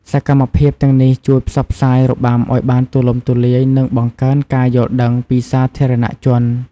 សកម្មភាពទាំងនេះជួយផ្សព្វផ្សាយរបាំឱ្យបានទូលំទូលាយ និងបង្កើនការយល់ដឹងពីសាធារណជន។